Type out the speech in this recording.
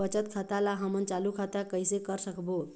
बचत खाता ला हमन चालू खाता कइसे कर सकबो?